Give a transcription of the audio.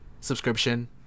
subscription